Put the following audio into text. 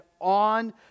on